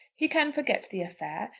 he can forget the affair,